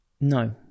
No